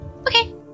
Okay